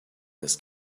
this